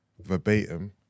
verbatim